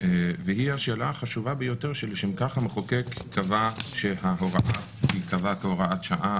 והיא השאלה החשובה ביותר שלשם כך המחוקק קבע שההוראה תיקבע כהוראת שעה,